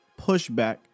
pushback